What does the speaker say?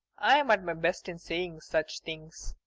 i'm at my best in saying such things.